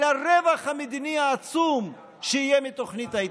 הרווח המדיני העצום שיהיה מתוכנית ההתנתקות,